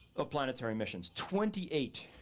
of planetary missions. twenty eight